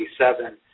1987